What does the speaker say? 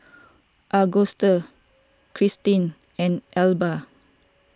Agustus Krystin and Elba